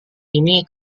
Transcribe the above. ini